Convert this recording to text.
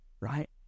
right